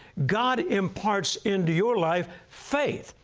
god imparts into your life faith,